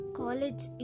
college